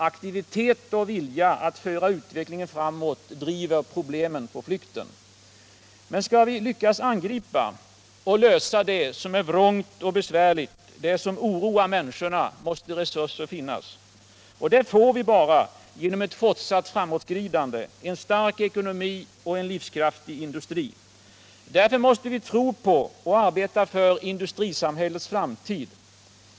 Aktivitet och vilja att föra utvecklingen framåt driver problemen på flykten. Men skall vi lyckas angripa och lösa det som är vrångt och besvärligt, det som oroar människorna, måste resurser finnas. Det får vi bara genom ett fortsatt framåtskridande, en stark ekonomi och en livskraftig industri. Därför måste vi tro på — och arbeta för — industrisamhällets framtid.